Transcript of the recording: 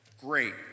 Great